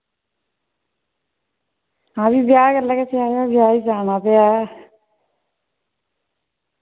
हां फ्ही ब्याह् गल्ला गै सिआया ब्याह् गी जाना ते ऐ